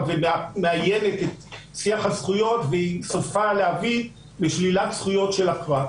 ומאיינת את שיח הזכויות וסופה להביא לשלילת זכויות של הפרט.